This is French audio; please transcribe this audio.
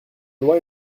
loi